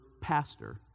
pastor